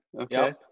Okay